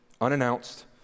unannounced